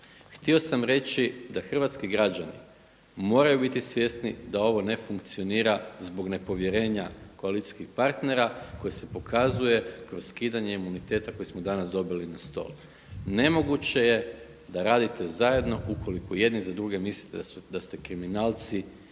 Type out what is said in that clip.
Htio sam reći da hrvatski građani moraju biti svjesni da ovo ne funkcionira zbog nepovjerenja koalicijskih partnera koje se pokazuje kroz skidanje imuniteta koje smo danas dobili na stol. Nemoguće je da radite zajedno ukoliko jedni za druge mislite da ste kriminalci